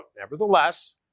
Nevertheless